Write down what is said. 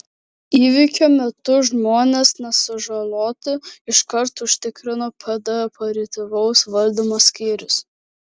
įvykio metu žmonės nesužaloti iškart užtikrino pd operatyvaus valdymo skyrius